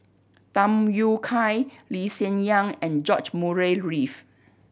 Tham Yui Kai Lee Hsien Yang and George Murray Reith